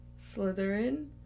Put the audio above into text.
Slytherin